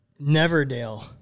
Neverdale